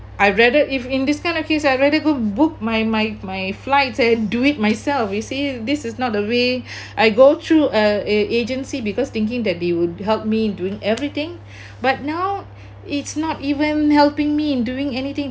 I rather if in this kind of case I rather go book my my my flights and do it myself you see this is not the way I go through uh a agency because thinking that they would help me doing everything but now it's not even helping me in doing anything